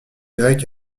grec